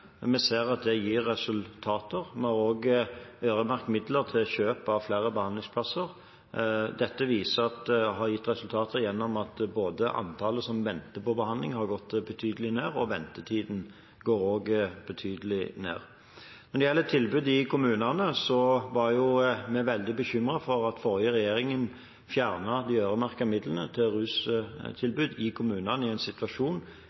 Vi ser at det gir resultater. Vi har også øremerket midler til kjøp av flere behandlingsplasser. Dette har gitt resultater gjennom at både antallet som venter på behandling, har gått betydelig ned, og ventetiden også går betydelig ned. Når det gjelder tilbudet i kommunene, var vi jo veldig bekymret, for den forrige regjeringen fjernet de øremerkede midlene til rustilbud i kommunene i en situasjon